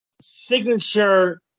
signature